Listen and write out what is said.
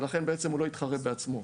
ולכן בעצם הוא לא יתחרה בעצמו,